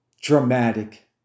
dramatic